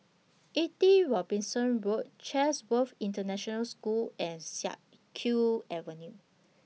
eighty Robinson Road Chatsworth International School and Siak Kew Avenue